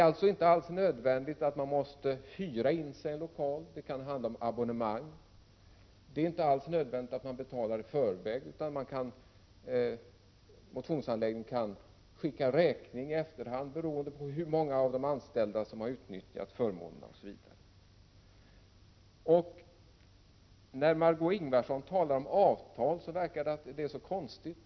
Det är inte alls nödvändigt att hyra in sig i någon lokal, utan det kan handla om abonnemang. Det är inte alls nödvändigt att betala i förväg, utan motionsanläggningen kan skicka räkning i efterhand, beroende på hur många av de anställda som har utnyttjat förmånen osv. När Margé Ingvardsson talar om avtal verkar det mycket konstigt.